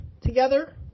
together